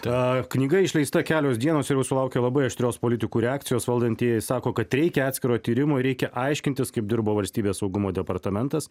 ta knyga išleista kelios dienos ir jau sulaukė labai aštrios politikų reakcijos valdantieji sako kad reikia atskiro tyrimo ir reikia aiškintis kaip dirbo valstybės saugumo departamentas